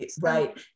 Right